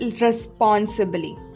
responsibly